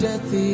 Death